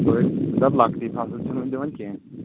دپ لۄکٕٹی فصٕل چھِنہٕ وٕنہِ دِوان کینٛہہ